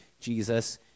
Jesus